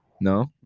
No